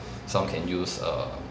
some can use err